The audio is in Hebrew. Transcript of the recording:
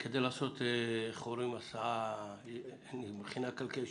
אנחנו עוד נדבר על הנושא של זמני ההסעה כאשר כרגע אין זמנים ויש